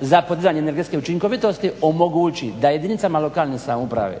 za podizanje energetske učinkovitosti omogući da jedinicama lokalne samouprave